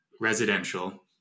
residential